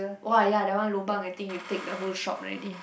!wah! ya that one lobang I think you take the whole shop already